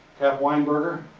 cap weinberger.